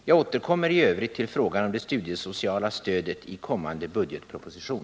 Jag återkommer i övrigt till frågan om det studiesociala stödet i kommande budgetproposition.